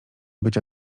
bycia